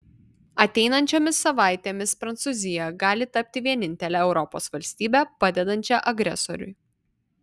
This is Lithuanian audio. ateinančiomis savaitėmis prancūzija gali tapti vienintele europos valstybe padedančia agresoriui